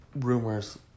rumors